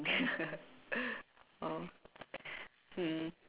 oh hmm